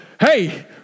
Hey